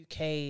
uk